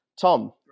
Tom